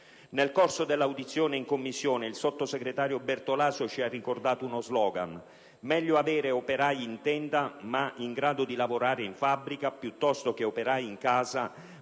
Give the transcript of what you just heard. Nel corso dell'audizione in Commissione, il sottosegretario Bertolaso ci ha ricordato uno *slogan:* «Meglio avere operai in tenda, ma in grado di lavorare in fabbrica, piuttosto che operai in casa,